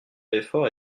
l’effort